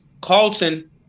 Carlton